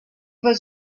was